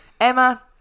Emma